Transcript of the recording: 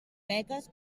beques